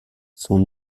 son